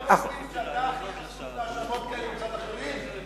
אתה מבין שאתה הכי חשוף להאשמות כאלה מצד אחרים?